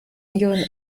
ihren